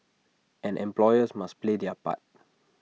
and employers must play their part